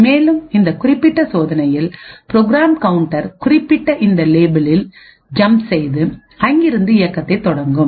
மேலும் இந்த குறிப்பிட்ட சோதனையில் ப்ரோக்ராம் கவுண்டர் குறிப்பிட்ட இந்த லேபிளில் ஜம்ப் செய்துஅங்கிருந்த இயக்கத்தை தொடங்கும்